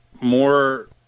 more